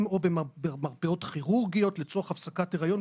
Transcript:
או במרפאות כירורגיות לצורך הפסקת היריון,